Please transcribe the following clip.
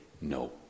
no